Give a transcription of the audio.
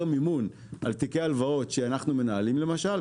מימון על תיקי הלוואות שאנחנו מנהלים למשל,